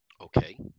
Okay